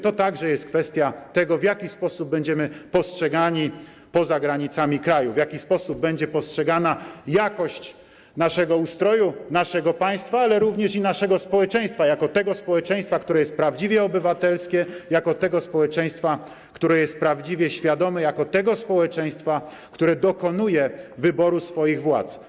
To także jest kwestia tego, w jaki sposób będziemy postrzegani poza granicami kraju, w jaki sposób będzie postrzegana jakość naszego ustroju, naszego państwa, ale również i naszego społeczeństwa jako tego społeczeństwa, które jest prawdziwie obywatelskie, jako tego społeczeństwa, które jest prawdziwie świadome, jako tego społeczeństwa, które dokonuje wyboru swoich władz.